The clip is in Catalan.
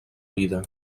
vida